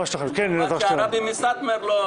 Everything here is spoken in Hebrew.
כן, אלעזר שטרן.